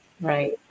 right